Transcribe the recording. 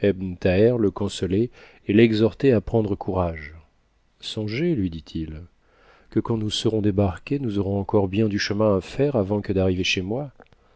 le consolait et l'exhortait à prendre courage songez lui dit-il que quand nous serons débarqués nous aurons encore bien du chemin à faire avant que d'arriver chez moi